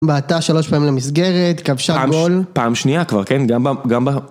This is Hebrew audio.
בעטה שלוש פעמים למסגרת, כבשה גול. פעם שנייה כבר, כן? גם ב...